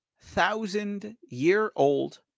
thousand-year-old